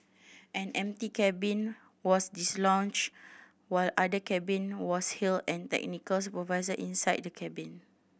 an empty cabin was dislodged while other cabin was halted an the supervisor inside the cabin